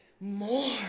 more